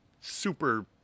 super